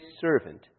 servant